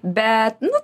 bet nu